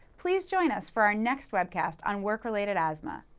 please join us for our next webcast on work-related asthma.